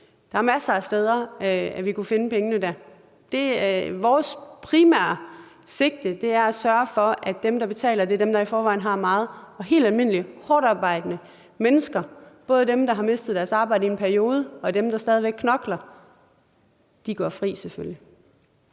Der er masser af steder, hvor vi kunne finde pengene. Vores primære sigte er at sørge for, at dem, der betaler, er dem, der i forvejen har meget, og at helt almindelige hårdtarbejdende mennesker, både dem, der har mistet deres arbejde i en periode, og dem, der stadig væk knokler, selvfølgelig